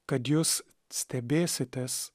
kad jūs stebėsitės